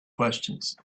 questions